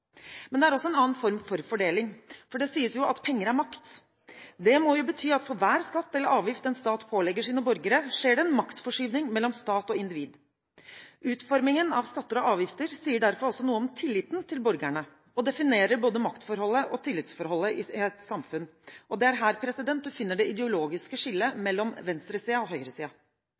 Men det er også en annen form for fordeling, for det sies jo at penger er makt. Det må jo bety at for hver skatt eller avgift en stat pålegger sine borgere, skjer det en maktforskyvning mellom stat og individ. Utformingen av skatter og avgifter sier derfor også noe om tilliten til borgerne og definerer både maktforholdet og tillitsforholdet i et samfunn, og det er her du finner det ideologiske skillet mellom venstre- og